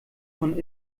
von